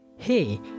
hey